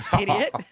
Idiot